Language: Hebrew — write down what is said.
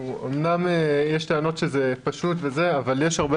אמנם יש טענות שזה פשוט אבל יש הרבה